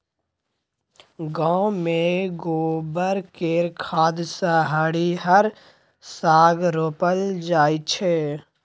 गांव मे गोबर केर खाद सँ हरिहर साग रोपल जाई छै